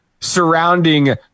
surrounding